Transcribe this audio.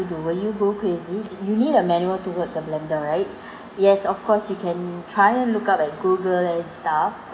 do will you go crazy d~ you need a manual to work the blender right yes of course you can try and look up at Google and stuff